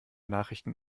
nachrichten